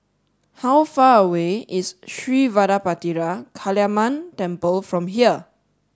how far away is Sri Vadapathira Kaliamman Temple from here